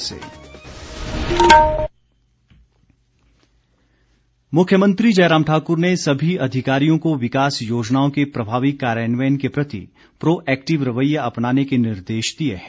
जयराम मुख्यमंत्री जयराम ठाकुर ने सभी अधिकारियों को विकास योजनाओं के प्रभावी कार्यान्वयन के प्रति प्रो एक्टिव रवैया अपनाने के निर्देश दिए हैं